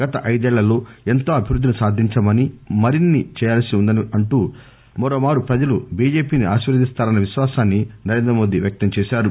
గత ఐదేళ్లలో ఎంతో అభివృద్దిని సాధించామని మరిన్ని చేయాల్సి ఉందని అంటూ మరోమారు పజలు బిజెపిని ఆశీర్వదిస్తారన్న విశ్వాసాన్ని ఆయన వ్యక్త పరిచారు